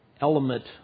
element